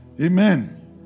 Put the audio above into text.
Amen